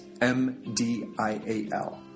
M-D-I-A-L